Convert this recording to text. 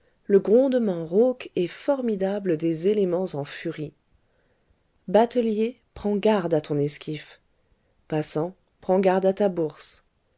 le grondement rauque et formidable des éléments en furie batelier prends garde à ton esquif passant prends garde à ta bourse